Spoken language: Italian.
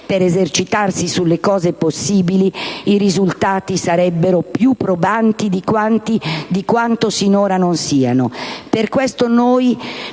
«per esercitarsi sulle cose possibili, i risultati sarebbero assai più probanti di quanto sinora non siano.